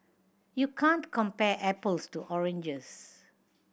you can't compare apples to oranges